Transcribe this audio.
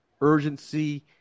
urgency